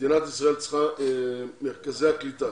מרכזי הקליטה